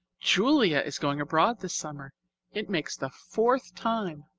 julia is going abroad this summer it makes the fourth time.